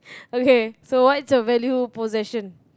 okay so what's your value possession